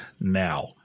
Now